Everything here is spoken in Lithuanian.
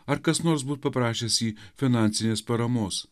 ar kas nors bus paprašęs jį finansinės paramos